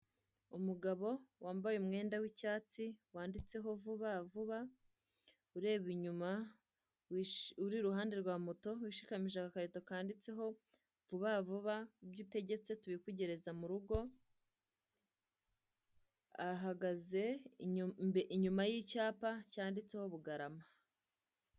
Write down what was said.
Umugabo wambaye umwenda w'icyatsi wanditseho vuba vuba ureba inyuma, uri iruhande rwa moto wishikamije agakarito kanditseho vuba vuba, ibyo utegetse tubikugereza mu rugo, ahagaze inyuma y'icyapa cyanditseho Bugarama.